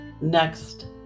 next